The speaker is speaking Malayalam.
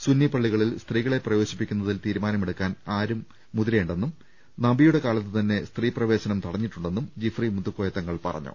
സുന്നിപള്ളികളിൽ സ്ത്രീകളെ പ്രവേശിപ്പിക്കുന്ന തിൽ തീരുമാനമെടുക്കാൻ ആരും മുതിരേണ്ടെന്നും നബിയുടെ കാലത്തുതന്നെ സ്ത്രീപ്രവേശനം തടഞ്ഞിട്ടുണ്ടെന്നും ജിഫ്രി മുത്തുക്കോയ തങ്ങൾ പറഞ്ഞു